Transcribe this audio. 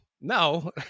No